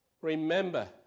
Remember